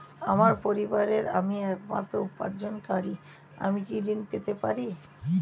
আমার পরিবারের আমি একমাত্র উপার্জনকারী আমি কি ঋণ পেতে পারি?